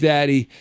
Daddy